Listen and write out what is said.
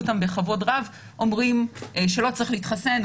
אותם בכבוד רב אומרים שלא צריך להתחסן,